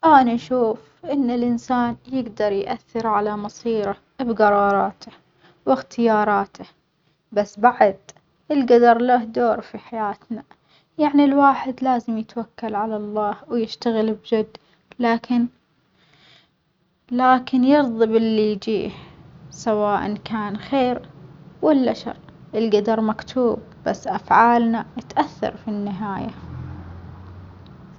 أنا أشوف إن الإنسان يجدر يأثر على مصيره بجراراته وإختياراته، بس بعد الجدر له دور في حياتنا يعني الواحد لازم يتوكل على الله ويشتغل بجد لكن لكن يرضى باللي يجيه سواءً كان خير ولا شر، الجدر مكتوب بس أفعالنا تأثر بالنهاية.